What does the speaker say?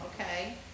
Okay